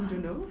you know